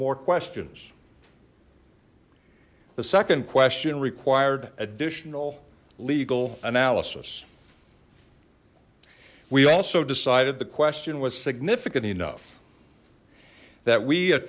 more questions the second question required additional legal analysis we also decided the question was significant enough that we